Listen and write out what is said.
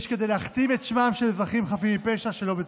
יש כדי להכתים את שמם של אזרחים חפים מפשע שלא בצדק.